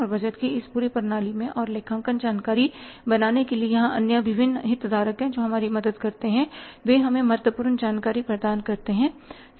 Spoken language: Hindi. और बजट की इस पूरी प्रणाली में और लेखांकन जानकारी बनाने के लिए यहां अन्य विभिन्न हितधारक है जो हमारी मदद करते हैं वे हमें महत्वपूर्ण जानकारी प्रदान करते हैं